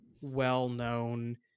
well-known